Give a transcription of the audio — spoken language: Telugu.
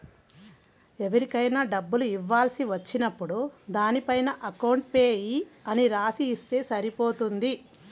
ఎవరికైనా డబ్బులు ఇవ్వాల్సి వచ్చినప్పుడు దానిపైన అకౌంట్ పేయీ అని రాసి ఇస్తే సరిపోతుంది